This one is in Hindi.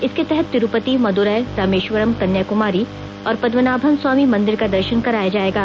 इसके तहत तिरूपति मदुरै रामेश्वरम कन्याकुमारी और पद्मामनाभस्वामी मंदिर का दर्शन कराया जाएगा